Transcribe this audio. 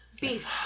Beef